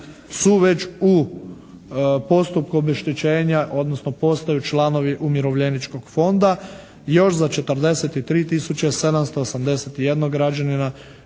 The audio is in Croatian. su već u postupku obeštećenja odnosno postaju članovi Umirovljeničkog fonda. Još za 43 tisuće 781 građanina